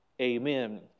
Amen